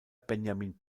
benjamin